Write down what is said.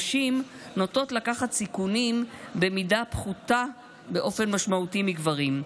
נשים נוטות לקחת סיכונים במידה פחותה באופן משמעותי מגברים,